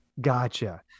Gotcha